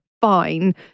Fine